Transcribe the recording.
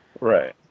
Right